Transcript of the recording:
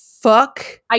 Fuck